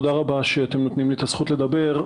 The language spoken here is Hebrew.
תודה רבה שאתם נותנים לי את הזכות לדבר.